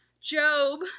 Job